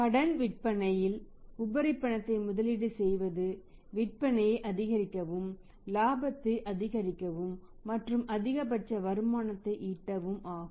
கடன் விற்பனையில் உபரி பணத்தை முதலீடு செய்வது விற்பனையை அதிகரிக்கவும் லாபத்தை அதிகரிக்கவும் மற்றும் அதிகபட்ச வருமானத்தை ஈட்டவும் ஆகும்